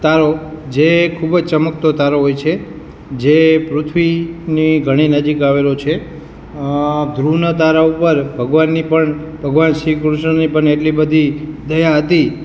તારો જે ખૂબ જ ચમકતો તારો હોય છે જે પૃથ્વીની ઘણી નજીક આવેલો છે ધ્રુવના તારા ઉપર ભગવાનની પણ ભગવાન શ્રી કૃષ્ણની પણ એટલી બધી દયા હતી